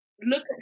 look